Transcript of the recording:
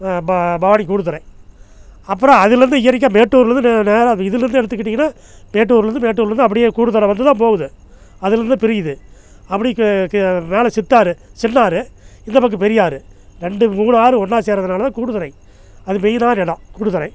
ப ப பவானி கூடுதுறை அப்புறம் அதுலேருந்து இயற்கையாக மேட்டூரிலிருந்து நேராக இதுலிருந்து எடுத்துக்கிட்டிங்கன்னா மேட்டூர்லிருந்து மேட்டூர்லிந்து அப்படியே கூடுதுறை வந்து தான் போகுது அதுலிருந்து தான் பிரியுது அப்படி கே கே மேல் சித்தாறு சின்ன ஆறு இந்த பக்கம் பெரியாறு ரெண்டும் மூணு ஆறும் ஒன்றா சேருவதுனால தான் கூடுதுறை அது மெயினான இடம் கூடுதுறை